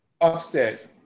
upstairs